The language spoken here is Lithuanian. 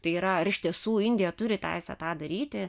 tai yra ar iš tiesų indija turi teisę tą daryti